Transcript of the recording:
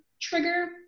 trigger